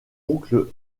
oncle